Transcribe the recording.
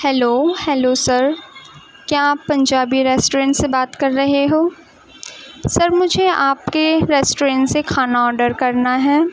hello hello sir کیا آپ Punjabi restaurant سے بات کر رہے ہو سر مجھے آپ کے ریسٹورنٹ سے کھانا آڈر کرنا ہے